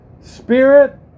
spirit